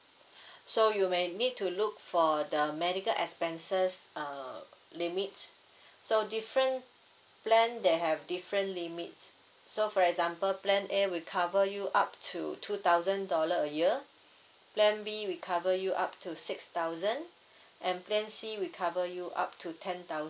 so you may need to look for the medical expenses uh limit so different plan they have different limits so for example plan A will cover you up to two thousand dollar a year plan B will cover you up to six thousand and plan C will cover you up to ten thousand